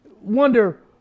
wonder